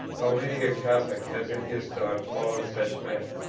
how many a catholic has in his thoughts followed such men,